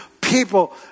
People